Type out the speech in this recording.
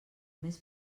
més